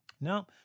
No